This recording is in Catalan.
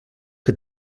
que